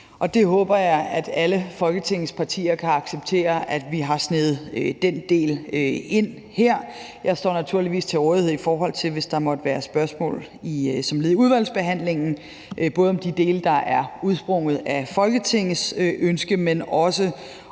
og jeg håber, at alle Folketingets partier kan acceptere, at vi har sneget den del ind her. Jeg står naturligvis til rådighed, hvis der måtte være spørgsmål som led i udvalgsbehandlingen, både om de dele, der er udsprunget af Folketingets ønske, men også om